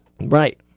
Right